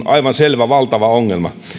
aivan selvä valtava ongelma